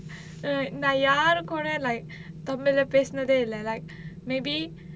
நான் யாரு கூட:naan yaaru kooda like tamil lah பேசுனதே இல்ல:pesunathae illa like maybe